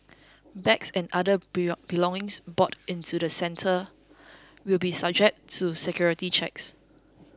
bags and other belongings brought into the centre will be subject to security checks